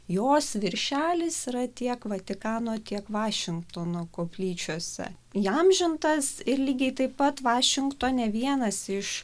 jos viršelis yra tiek vatikano tiek vašingtono koplyčiose įamžintas ir lygiai taip pat vašingtone vienas iš